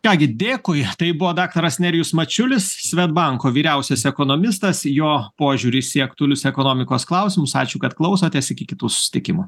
ką gi dėkui tai buvo daktaras nerijus mačiulis svedbanko vyriausias ekonomistas jo požiūris į aktualius ekonomikos klausimus ačiū kad klausotės iki kitų susitikimų